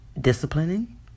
disciplining